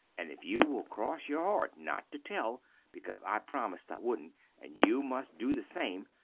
and if you will cross your heart not to tell because i promist i woodnt and you must do the same,